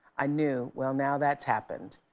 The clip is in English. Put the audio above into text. i knew, well, now that's happened.